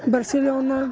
Barcelona